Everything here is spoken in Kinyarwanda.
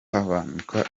kugabanuka